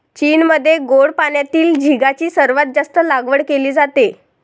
चीनमध्ये गोड पाण्यातील झिगाची सर्वात जास्त लागवड केली जाते